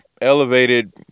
elevated